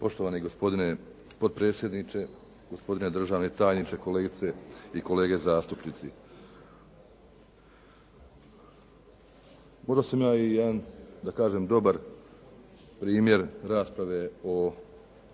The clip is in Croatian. Poštovani gospodine potpredsjedniče, gospodine državni tajniče, kolegice i kolege zastupnici. Podnosim ja i jedan da kažem dobar primjer rasprave o